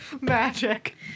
magic